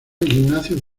ignacio